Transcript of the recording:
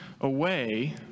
away